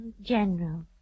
General